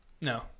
No